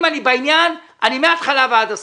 אם אני בעניין, אני מהתחלה ועד הסוף.